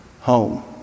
home